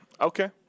Okay